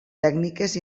tècniques